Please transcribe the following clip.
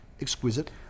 exquisite